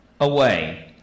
away